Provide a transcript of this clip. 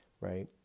right